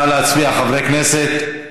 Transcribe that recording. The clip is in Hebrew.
נא להצביע, חברי הכנסת.